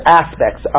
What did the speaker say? aspects